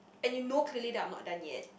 and you know clearly that I'm not done yet